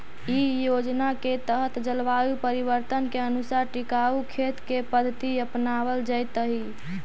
इ योजना के तहत जलवायु परिवर्तन के अनुसार टिकाऊ खेत के पद्धति अपनावल जैतई